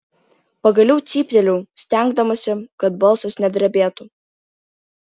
pagaliau cypteliu stengdamasi kad balsas nedrebėtų